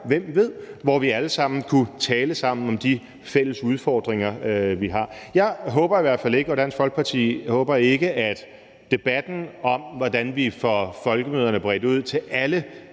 hvem ved, hvor vi alle sammen kunne tale sammen om de fælles udfordringer, vi har. Jeg håber i hvert fald ikke, og Dansk Folkeparti håber ikke, at debatten om, hvordan vi får folkemøderne bredt ud til alle